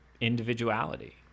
individuality